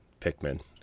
Pikmin